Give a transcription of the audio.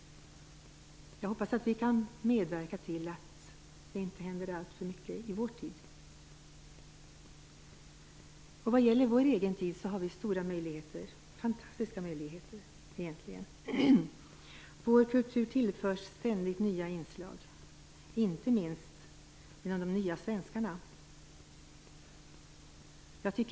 Jag hoppas att vi kan medverka till att detta inte händer alltför mycket i vår tid. I vår egen tid har vi stora möjligheter, egentligen fantastiska möjligheter. Vår kultur tillförs ständigt nya inslag, inte minst genom de nya svenskarna.